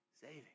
saving